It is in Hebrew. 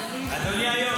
דיבור.